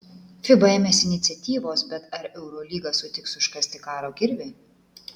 fiba ėmėsi iniciatyvos bet ar eurolyga sutiks užkasti karo kirvį